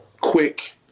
quick